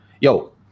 yo